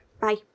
Bye